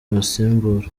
abasimbura